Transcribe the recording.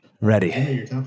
Ready